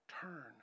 Turn